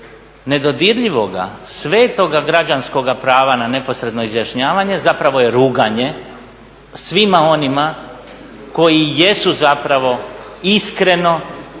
nedodirljivoga, svetoga građanskoga prava na neposredno izjašnjavanje zapravo je ruganje svima onima koji jesu zapravo iskreno